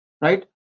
right